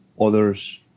others